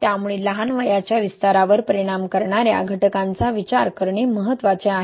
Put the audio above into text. त्यामुळे लहान वयाच्या विस्तारावर परिणाम करणाऱ्या घटकांचा विचार करणे महत्त्वाचे आहे